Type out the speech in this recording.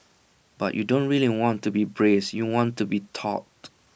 but you don't really want to be braced you want to be taut